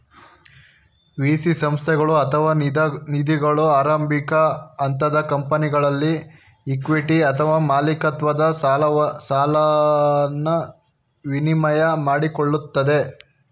VC ಸಂಸ್ಥೆಗಳು ಅಥವಾ ನಿಧಿಗಳು ಆರಂಭಿಕ ಹಂತದ ಕಂಪನಿಗಳಲ್ಲಿ ಇಕ್ವಿಟಿ ಅಥವಾ ಮಾಲಿಕತ್ವದ ಪಾಲನ್ನ ವಿನಿಮಯ ಮಾಡಿಕೊಳ್ಳುತ್ತದೆ